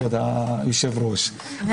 כבוד היושב-ראש,